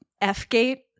f-gate